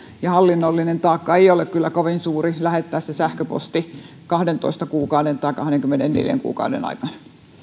ja hallinnollinen taakka ei ole kyllä kovin suuri eli lähettää se sähköposti kahdentoista kuukauden tai kahdenkymmenenneljän kuukauden aikana